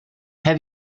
have